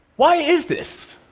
why is this?